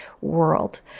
world